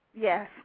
Yes